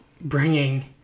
bringing